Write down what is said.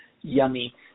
yummy